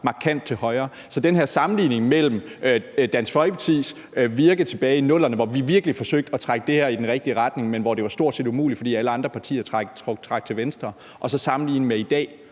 markant til højre. Så den her sammenligning mellem Dansk Folkepartis virke tilbage i 00'erne – hvor vi virkelig forsøgte at trække det her i den rigtige retning, men hvor det var stort set umuligt, fordi alle andre partier trak til Venstre – og i dag,